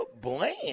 Bland